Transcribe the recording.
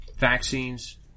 Vaccines